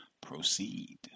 Proceed